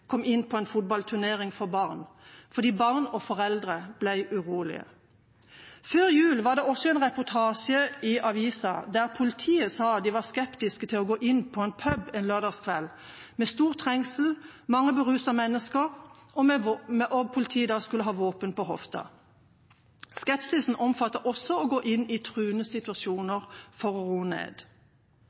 kom inn på en fotballturnering for barn, fordi barn og foreldre ble urolige. Før jul var det også en reportasje i avisa der politiet sa de var skeptiske til å gå inn en lørdagskveld på en pub med stor trengsel, mange berusede mennesker, og at politiet da skulle ha våpen på hofta. Skepsisen omfattet også det å gå inn i truende situasjoner for å roe ned.